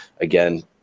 again